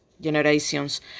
generations